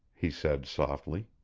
he said softly.